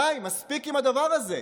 די, מספיק עם הדבר הזה.